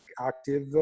active